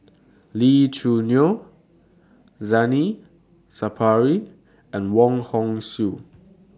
Lee Choo Neo Sapari and Wong Hong Suen